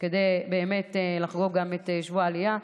כדי לחגוג גם את שבוע העלייה.